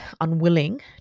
unwilling